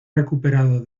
recuperado